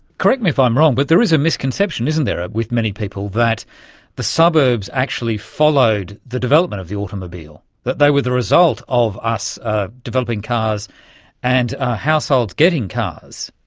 correct me if i'm wrong, but there is a misconception, isn't there, with many people that the suburbs actually followed the development of the automobile, that they were the result of us ah developing cars and households getting cars.